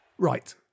Right